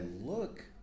look